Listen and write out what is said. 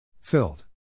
Filled